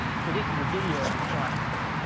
so this is a video of this process.